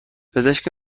پزشک